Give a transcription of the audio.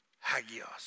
Hagios